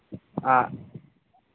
ᱟᱜ